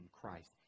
Christ